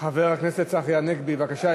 חבר הכנסת צחי הנגבי, בבקשה.